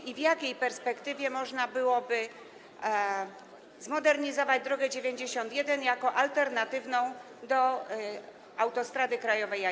I w jakiej perspektywie można byłoby zmodernizować drogę nr 91 jako alternatywną do autostrady krajowej A1?